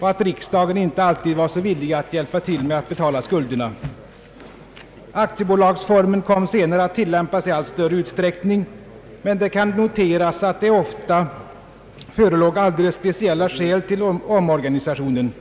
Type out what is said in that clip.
och att riksdagen inte alltid var så villig att hjälpa till med att betala skulderna. Aktiebolagsformen kom senare att tillämpas i allt större utsträckning, men det noteras att det ofta förelåg alldeles speciella skäl till omorganisationen.